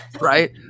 right